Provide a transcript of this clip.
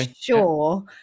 sure